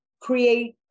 create